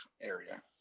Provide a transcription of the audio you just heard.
area